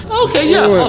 okay, yeah.